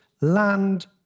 land